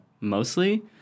mostly